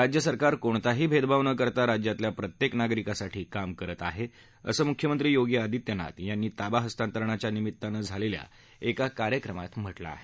राज्य सरकार कोणताही भेदभाव न करता राज्यातल्या प्रत्येक नागरिकासाठी काम करत आहे असं मुख्यमंत्री योगी आदित्यनाथ यांनी ताबा हस्तांतरणाच्या निमित्तानं झालेल्या एका कार्यक्रमात म्हटलं आहे